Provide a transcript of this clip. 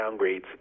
downgrades